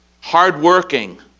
hardworking